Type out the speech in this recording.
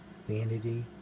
vanity